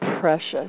precious